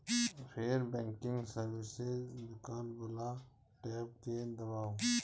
फेर banking services विकल्प बला टैब कें दबाउ